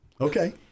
Okay